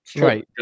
Right